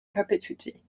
perpetuity